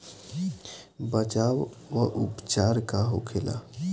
बचाव व उपचार का होखेला?